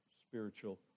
spiritual